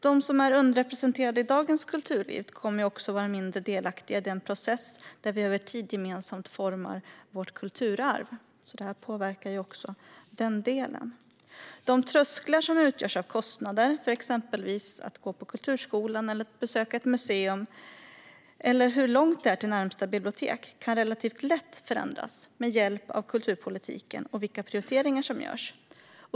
De som är underrepresenterade i dagens kulturliv kommer också att vara mindre delaktiga i den process där vi över tid gemensamt formar vårt kulturarv. Detta påverkar alltså även den delen. De trösklar som utgörs av kostnader för exempelvis att gå på kulturskolan eller besöka ett museum eller hur långt det är till närmaste bibliotek kan relativt lätt förändras med hjälp av kulturpolitiken och vilka prioriteringar som görs.